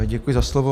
Děkuji za slovo.